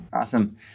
awesome